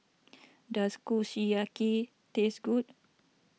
does Kushiyaki taste good